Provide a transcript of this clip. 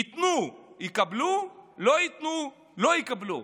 ייתנו, יקבלו, לא ייתנו, לא יקבלו.